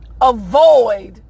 avoid